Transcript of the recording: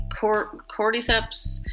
cordyceps